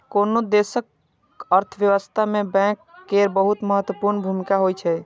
कोनो देशक अर्थव्यवस्था मे बैंक केर बहुत महत्वपूर्ण भूमिका होइ छै